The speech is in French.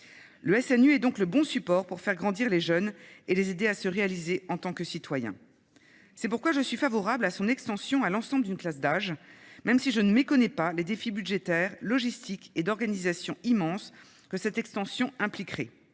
Le SNU est donc le bon support pour faire grandir les jeunes et les aider à se réaliser en tant que citoyens. C'est pourquoi je suis favorable à son extension à l'ensemble d'une classe d'âge, même si je ne méconnais pas les défis budgétaires, logistiques et d'organisations immenses que cette extension impliquerait.